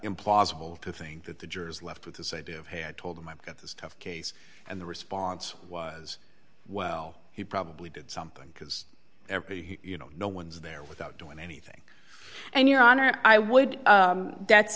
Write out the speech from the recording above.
implausible to think that the jurors left with this idea of hey i told him i've got this tough case and the response was well he probably did something because every you know no one's there without doing anything and your honor i would that's